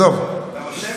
אתה מרשה לי?